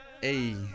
Hey